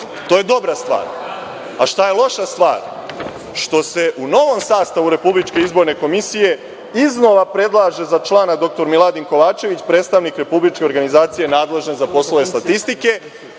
To je dobra stvar. Šta je loša stvar? Što se u novom sastavu RIK iznova predlaže za člana dr Miladin Kovačević predstavnik Republičke organizacije nadležan za poslove statistike,